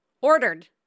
ordered